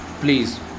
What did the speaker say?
please